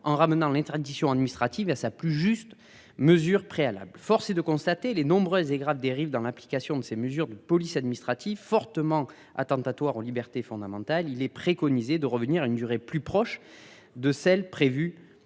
en ramenant les traditions administratives à sa plus juste mesures préalables, force est de constater les nombreuses et graves dérives dans l'application de ces mesures de police administrative fortement attentatoire aux libertés fondamentales, il est préconisé de revenir à une durée plus proche de celle prévue.